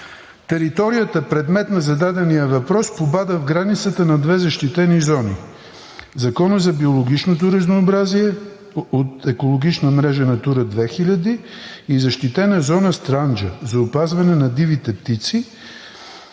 Територията, предмет на зададения въпрос, попада в границата на две защитени зони чрез Закона за биологичното разнообразие от Екологична мрежа „Натура 2000“ за опазване на дивите птици и